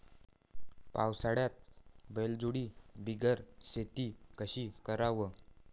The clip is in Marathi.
पावसाळ्यात बैलजोडी बिगर शेती कशी कराव?